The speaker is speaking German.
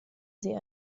sie